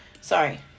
Sorry